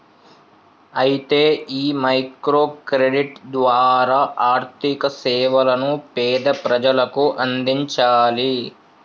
అయితే ఈ micro credit ద్వారా ఆర్థిక సేవలను పేద ప్రజలకు అందించాలి